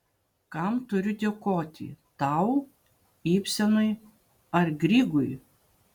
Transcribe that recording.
kam turiu dėkoti tau ibsenui ar grygui